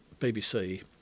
BBC